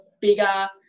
bigger